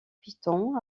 piton